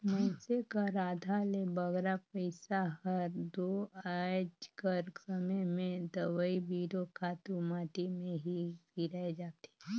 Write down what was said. मइनसे कर आधा ले बगरा पइसा हर दो आएज कर समे में दवई बीरो, खातू माटी में ही सिराए जाथे